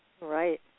Right